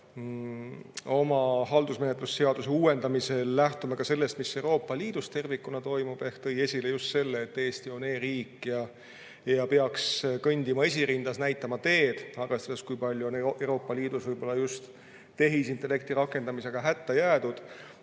oma haldusmenetluse seaduse uuendamisel lähtume sellest, mis Euroopa Liidus tervikuna toimub, ehk tõi esile just selle, et Eesti on e-riik ja peaks kõndima esirinnas, näitama teed. Aga [arvestades seda,] kui palju on Euroopa Liidus võib-olla just tehisintellekti rakendamisega hätta jäädud,